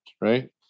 right